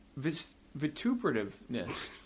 vituperativeness